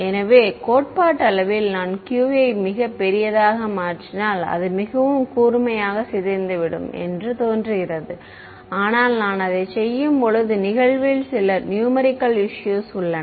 எனவே கோட்பாட்டளவில் நான் q ஐ மிகப் பெரியதாக மாற்றினால் அது மிகவும் கூர்மையாக சிதைந்துவிடும் என்று தோன்றுகிறது ஆனால் நான் அதைச் செய்யும்போது நிகழ்வில் சில நியூமரிக்கல் இஸ்யூஸ் உள்ளன